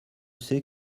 c’est